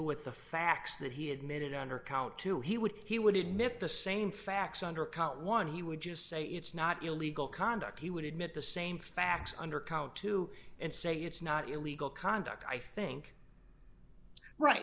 with the facts that he admitted under count two he would he would admit the same facts under count one he would just say it's not illegal conduct he would admit the same facts under count two and say it's not illegal conduct i think right